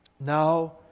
Now